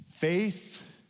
Faith